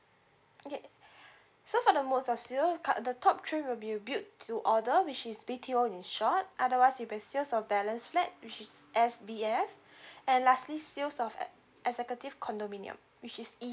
okay so for the mode of sale cut the top three will be build to order which is B_T_O in short otherwise it'll be sales of balance flat which is S_B_F and lastly sales of executive condominium which is